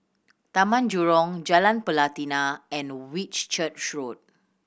Taman Jurong Jalan Pelatina and Whitchurch Road